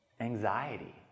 anxiety